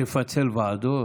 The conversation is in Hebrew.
תפצל ועדות.